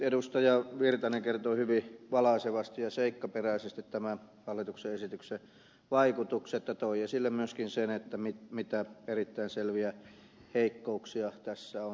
erkki virtanen kertoi hyvin valaisevasti ja seikkaperäisesti tämän hallituksen esityksen vaikutukset ja toi esille myöskin sen mitä erittäin selviä heikkouksia tässä on